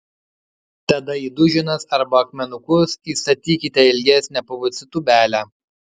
tada į duženas arba akmenukus įstatykite ilgesnę pvc tūbelę